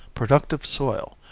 productive soil,